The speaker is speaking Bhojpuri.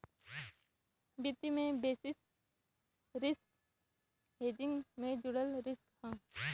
वित्त में बेसिस रिस्क हेजिंग से जुड़ल रिस्क हौ